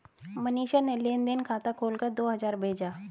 मनीषा ने लेन देन खाता खोलकर दो हजार भेजा